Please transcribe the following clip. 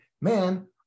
man